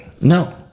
No